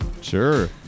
Sure